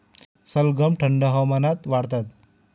सलगम थंड हवामानात वाढतात